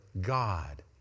God